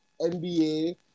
NBA